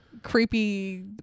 creepy